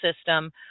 system